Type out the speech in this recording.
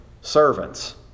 servants